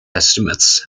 estimates